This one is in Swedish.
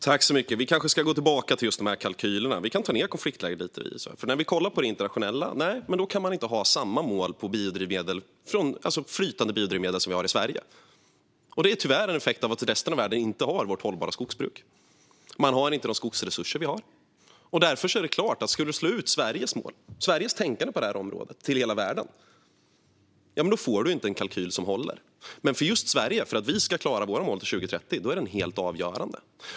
Fru talman! Vi kanske ska gå tillbaka till just kalkylerna. Vi kan ta ned konfliktläget lite, för internationellt kan man inte ha samma mål för flytande biodrivmedel som vi har i Sverige. Det är tyvärr en effekt av att resten av världen inte har vårt hållbara skogsbruk. Man har inte de skogsresurser vi har. Om vi skulle slå ut Sveriges mål och Sveriges tänkande på det här området till hela världen får vi därför inte en kalkyl som håller. Men för att vi i Sverige ska klara våra mål till 2030 är den helt avgörande.